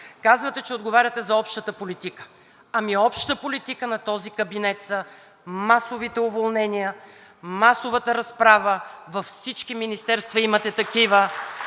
Казвате, че отговаряте за общата политика? Обща политика на този кабинет са масовите уволнения, масовата разправа – във всички министерства имате такива,